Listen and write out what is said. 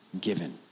given